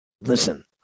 Listen